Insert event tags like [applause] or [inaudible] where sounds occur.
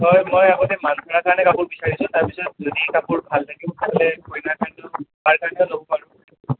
হয় মই আগতে মান ধৰাৰ কাৰণে কাপোৰ বিচাৰিছোঁ তাৰ পিছত নুনী কাপোৰ ভাল যদি [unintelligible] কইনাৰ কাৰণেও বাৰ কাৰণেও ল'ব পাৰোঁ